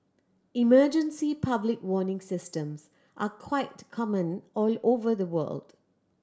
emergency public warning systems are quite common all over the world